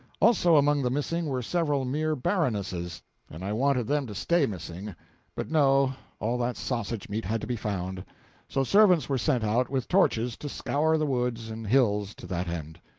also among the missing were several mere baronesses and i wanted them to stay missing but no, all that sausage-meat had to be found so servants were sent out with torches to scour the woods and hills to that end.